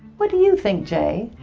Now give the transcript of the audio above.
what do you think jay?